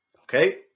Okay